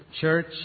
church